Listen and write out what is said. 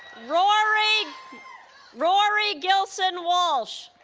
rory rory gilson walsh